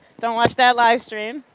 don't watch that live stream.